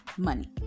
Money